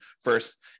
first